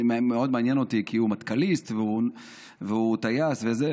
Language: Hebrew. כי הוא מטכ"ליסט והוא טייס וזה.